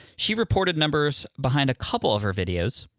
she reported members behind a couple of her videos.